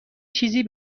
چیزی